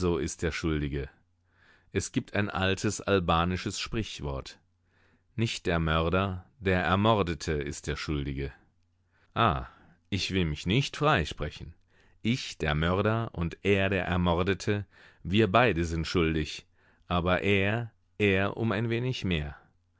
ist der schuldige es gibt ein altes albanisches sprichwort nicht der mörder der ermordete ist der schuldige ah ich will mich nicht freisprechen ich der mörder und er der ermordete wir beide sind schuldig aber er er um ein wenig mehr